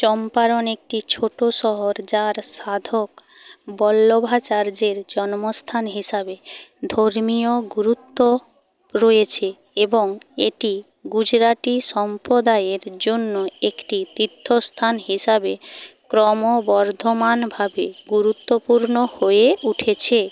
চম্পারন একটি ছোট শহর যার সাধক বল্লভাচার্যের জন্মস্থান হিসাবে ধর্মীয় গুরুত্ব রয়েছে এবং এটি গুজরাটি সম্প্রদায়ের জন্য একটি তীর্থস্থান হিসাবে ক্রমবর্ধমানভাবে গুরুত্বপূর্ণ হয়ে উঠছে